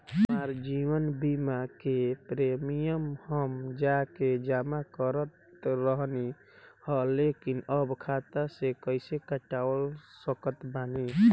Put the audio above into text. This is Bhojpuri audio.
हमार जीवन बीमा के प्रीमीयम हम जा के जमा करत रहनी ह लेकिन अब खाता से कइसे कटवा सकत बानी?